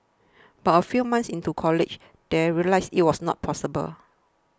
but a few months into college they realised it was not possible